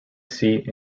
seat